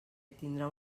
tindrà